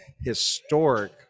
historic